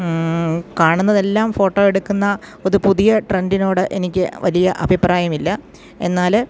കാണുന്നതെല്ലാം ഫോട്ടോയെടുക്കുന്ന ഒരു പുതിയ ട്രെൻഡിനോട് എനിക്ക് വലിയ അഭിപ്രായമില്ല എന്നാല്